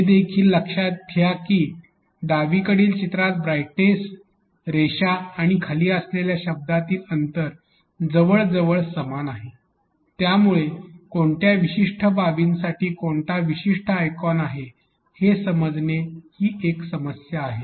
हे देखील लक्षात घ्या की डावीकडील चित्रात ब्राइटनेस रेषा आणि खाली असलेल्या शब्दामधील अंतर जवळजवळ समान आहे त्यामुळे कोणत्या विशिष्ट बाबीसाठी कोणता विशिष्ट आयकॉन आहे हे समजणे ही एक समस्या आहे